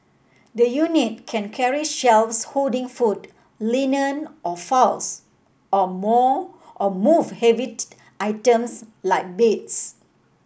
the unit can carry shelves holding food linen or files or moll or move items like beds